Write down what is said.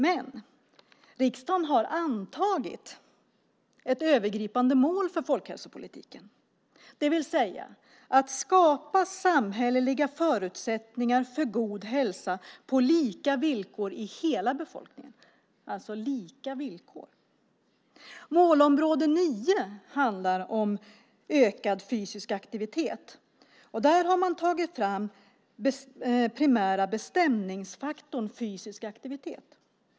Men riksdagen har antagit ett övergripande mål för folkhälsopolitiken, det vill säga att skapa samhälleliga förutsättningar för god hälsa på lika villkor i hela befolkningen. Målområde 9 handlar om ökad fysisk aktivitet. Där har man tagit fram den primära bestämningsfaktorn fysisk aktivitet.